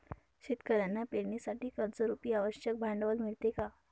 शेतकऱ्यांना पेरणीसाठी कर्जरुपी आवश्यक भांडवल मिळते का?